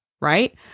Right